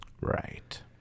Right